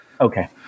Okay